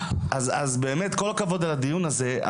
אז באמת כל הכבוד על הדיון הזה,